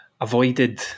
avoided